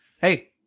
Hey